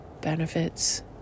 benefits